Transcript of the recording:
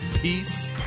peace